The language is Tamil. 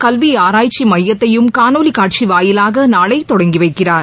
கல்வி ஆராய்ச்சி மையத்தையும் காணொளி காட்சி வாயிலாக நாளை தொடங்கி வைக்கிறார்